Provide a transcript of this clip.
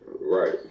Right